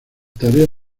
tareas